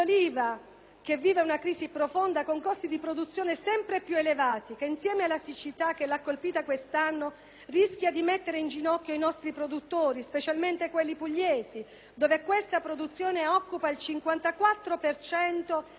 che vive una crisi profonda, con costi di produzione sempre più elevati che, insieme alla siccità di quest'anno, rischiano di mettere in ginocchio i nostri produttori, specialmente quelli pugliesi, dove questa produzione occupa il 54 per cento dell'intera superficie